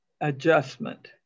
adjustment